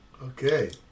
Okay